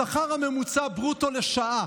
השכר הממוצע ברוטו לשעה